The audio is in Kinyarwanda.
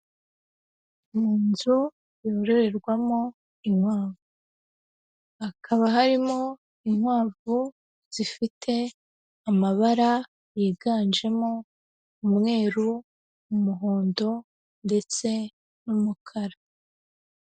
Mu nzu yororerwamo inkwavu, hakaba harimo inkwavu zifite amabara yiganjemo umweru, umuhondo ndetse n'umukara.